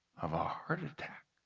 of a heart attack.